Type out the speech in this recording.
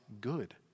good